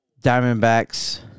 Diamondbacks